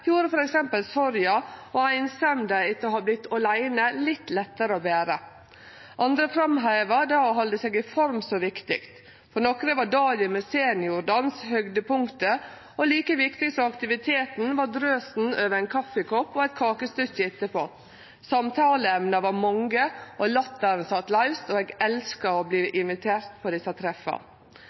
gjorde f.eks. sorga og einsemda etter å ha vorte åleine litt lettare å bere. Andre framheva det å halde seg i form som viktig. For nokre var dagen med seniordans høgdepunktet, og like viktig som aktiviteten var drøset over ein kaffikopp og eit kakestykke etterpå. Samtaleemna var mange, og latteren sat laust, og eg elska å verte invitert på desse